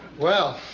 well,